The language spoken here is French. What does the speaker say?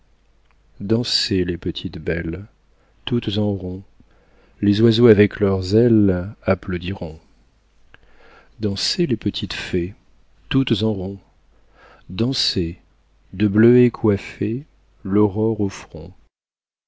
bougonneront dansez les petites belles toutes en rond les oiseaux avec leurs ailes applaudiront dansez les petites fées toutes en rond dansez de bleuets coiffées l'aurore au front